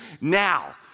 now